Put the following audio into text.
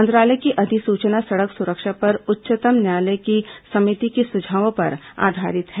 मंत्रालय की अधिसूचना सड़क सुरक्षा पर उच्चतम न्यायालय की समिति के सुझावों पर आधारित है